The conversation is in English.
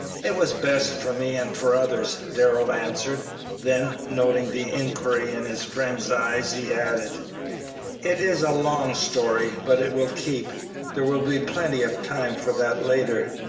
it was best for me and for others, darrell answered then, noting the inquiry in his friend's eyes, he added it is a long story, but it will keep there will be plenty of time for that later.